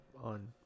On